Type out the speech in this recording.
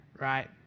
right